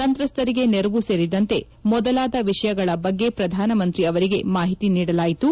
ಸಂತ್ರಸ್ತರಿಗೆ ನೆರವು ಸೇರಿದಂತೆ ಮೊದಲಾದ ವಿಷಯಗಳ ಬಗ್ಗೆ ಶ್ರಧಾನ ಮಂತ್ರಿ ಅವರಿಗೆ ಮಾಹಿತಿ ನೀಡಲಾಯಿತು